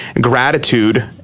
gratitude